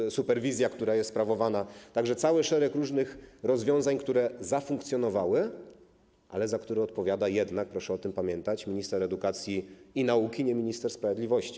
Jest superwizja, która jest sprawowana, także cały szereg różnych rozwiązań, które zafunkcjonowały, ale za które odpowiada jednak, proszę o tym pamiętać, minister edukacji i nauki, nie minister sprawiedliwości.